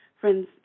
Friends